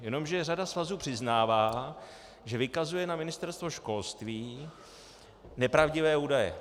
Jenomže řada svazů přiznává, že vykazuje na Ministerstvo školství nepravdivé údaje.